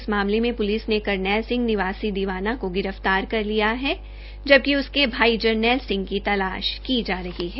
इस मामले में पुलिस ने करनैल सिंह निवासी दिवाना को गिरफ्तार कर लिया जबकि उसके भाई जरनैल सिंह की तलाश की जा रही है